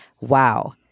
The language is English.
Wow